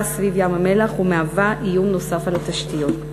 סביב ים-המלח ומהווה איום נוסף על התשתיות.